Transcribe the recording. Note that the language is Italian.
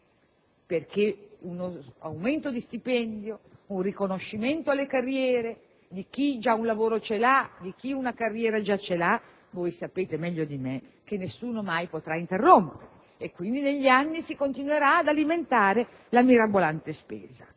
Perché un aumento di stipendio, un riconoscimento alle carriere di chi ha già un lavoro, di chi ha già una carriera, sapete meglio di me che nessuno mai lo potrà interrompere e quindi, negli anni, si continuerà ad alimentare la mirabolante spesa.